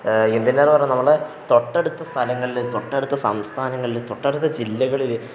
എന്തിനേറെ പറയുന്നു നമ്മുടെ തൊട്ടടുത്ത സ്ഥലങ്ങളില് തൊട്ടടുത്ത സംസ്ഥാനങ്ങളില് തൊട്ടടുത്ത ജില്ലകളില്